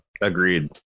Agreed